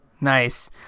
Nice